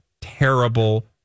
terrible